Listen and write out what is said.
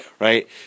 right